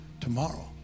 tomorrow